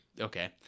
okay